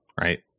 right